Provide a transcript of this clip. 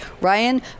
Ryan